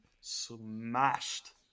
smashed